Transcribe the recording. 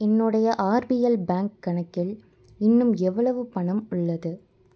என்னுடைய RBL bank கணக்கில் இன்னும் எவ்வளவு பணம் உள்ளது